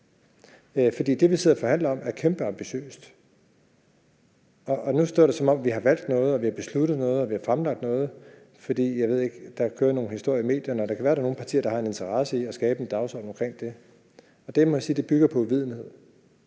For det, vi sidder og forhandler om, er kæmpeambitiøst, og nu står det, som om vi har valgt noget, vi har besluttet noget, og vi har fremlagt noget. For jeg ved det ikke, men der kører nogle historier i medierne, og det kan være, at der er nogle partier, der har en interesse i at skabe en dagsorden omkring det, og det må jeg sige bygger på uvidenhed.